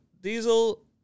diesel